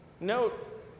Note